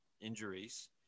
injuries